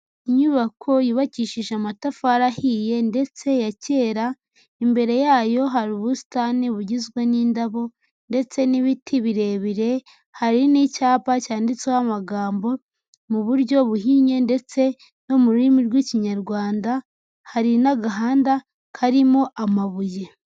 Inyubako yubakishije amatafari ahiye ndetse ya kera, imbere yayo hari ubusitani bugizwe n'indabo ndetse n'ibiti birebire, hari n'icyapa cyanditseho amagambo mu buryo buhinnye ndetse no mu rurimi rw'Ikinyarwanda, hari n'agahanda karimo amabuye.